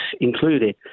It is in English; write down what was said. included